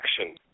action